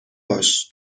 باش